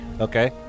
Okay